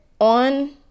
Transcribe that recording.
on